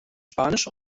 spanisch